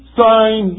sign